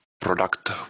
product